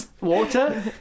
Water